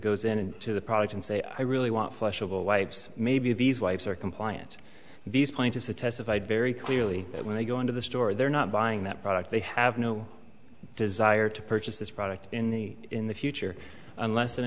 goes in to the product and say i really want flushable wipes maybe these wipes are compliance these plaintiffs that testified very clearly that when they go into the store they're not buying that product they have no desire to purchase this product in the in the future unless and